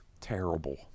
Terrible